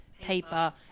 paper